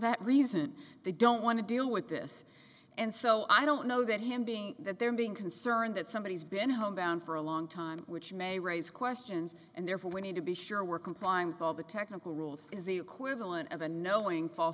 that reason they don't want to deal with this and so i don't know that him being that they're being concerned that somebody has been homebound for a long time which may raise questions and therefore we need to be sure we're complying with all the technical rules is the equivalent of a knowing fal